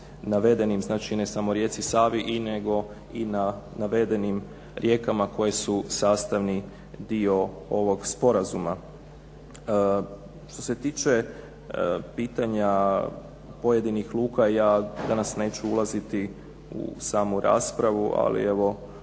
znači ne samo na rijeci Save nego i na navedenim rijekama koje su sastavni dio ovog sporazuma. Što se tiče pitanja pojedinih luka ja danas neću ulaziti u samu raspravu ali evo